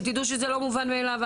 שתדעו שזה לא מובן מאליו.